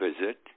visit